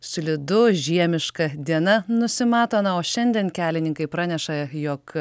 slidu žiemiška diena nusimato na o šiandien kelininkai praneša jog